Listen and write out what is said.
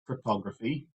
cryptography